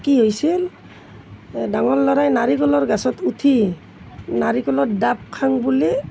কি হৈছিল ডাঙৰ ল'ৰাই নাৰিকলৰ গছত উঠি নাৰিকলৰ ডাব খাম বুলি